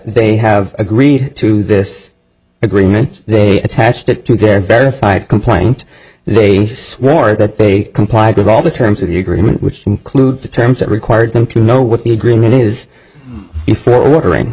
they have agreed to this agreement they attached it to their verified complaint and they swore that they complied with all the terms of the agreement which includes the terms that required them to know what the agreement is for order